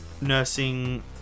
nursing